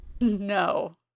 No